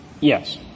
Yes